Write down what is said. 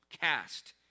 cast